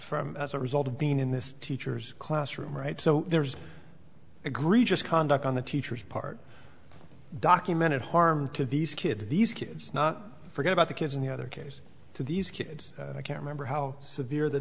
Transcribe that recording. from as a result of being in this teacher's classroom right so there's agree just conduct on the teacher's part documented harm to these kids these kids not forget about the kids in the other case to these kids i can't remember how severe the